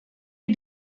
wie